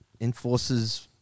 enforces